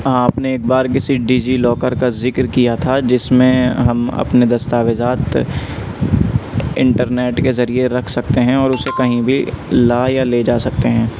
ہاں آپ نے ایک بار کسی ڈی جی لاکر کا ذکر کیا تھا جس میں ہم اپنے دستاویزات انٹرنیٹ کے ذریعے رکھ سکتے ہیں اور اسے کہیں بھی لا یا لے جا سکتے ہیں